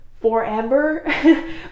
forever